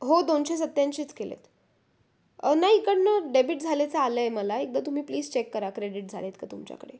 हो दोनशे सत्त्याऐंशीच केले आहेत नाही इकडून डेबिट झाल्याचं आलं आहे मला एकदा तुम्ही प्लीज चेक करा क्रेडिट झाले आहेत का तुमच्याकडे